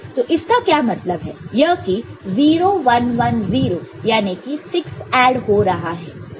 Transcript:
तो इसका क्या मतलब है यह की 0 1 1 0 याने की 6 ऐड हो रहा है